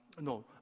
no